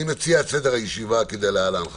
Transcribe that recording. אני מציע את סדר הישיבה כדלהלן.